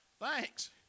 thanks